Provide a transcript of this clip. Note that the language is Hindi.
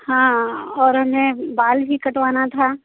हाँ और हमें बाल भी कटवाना था